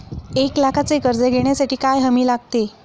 एक लाखाचे कर्ज घेण्यासाठी काय हमी लागते?